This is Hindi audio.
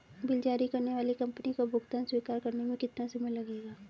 बिल जारी करने वाली कंपनी को भुगतान स्वीकार करने में कितना समय लगेगा?